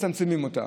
מצמצמים אותה.